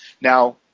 Now